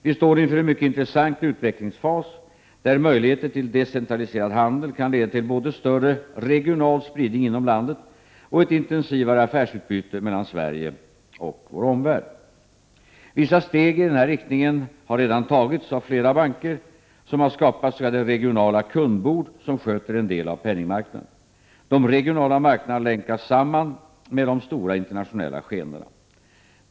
Vi står inför en mycket intressant utvecklingsfas där möjligheter till decentraliserad handel kan leda till både större regional spridning inom landet och ett intensivare affärsutbyte mellan Sverige och omvärlden. Vissa steg i denna riktning har redan tagits av flera banker som har skapat s.k. regionala kundbord som sköter en del av penningmarknaden. De regionala marknaderna länkas samman med de stora internationella skeendena.